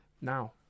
now